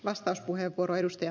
arvoisa puhemies